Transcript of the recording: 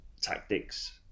tactics